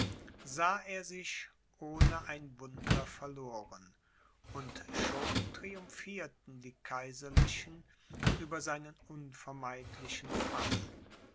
sah er sich ohne ein wunder verloren und schon triumphierten die kaiserlichen über seinen unvermeidlichen fall